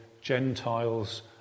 Gentiles